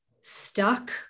stuck